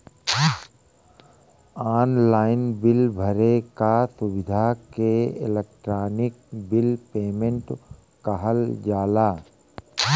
online bill भरे क सुविधा के इलेक्ट्रानिक बिल पेमेन्ट कहल जाला